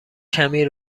کمی